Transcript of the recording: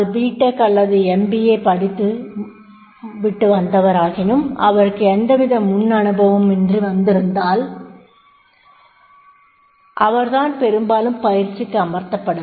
tech அல்லது MBA படித்துவிட்டு வந்தவராகினும் அவருக்கு எந்தவித முன் அனுபவமுமின்றி வந்திருந்தால் அவர்தான் பெரும்பாலும் பயிற்சிக்கு அமர்த்தப்படுவார்